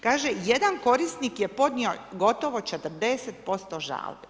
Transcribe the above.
Kaže, jedan korisnik je podnio gotovo 40% žalbi.